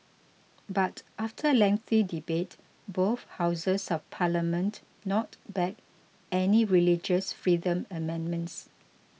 but after lengthy debate both houses of parliament knocked back any religious freedom amendments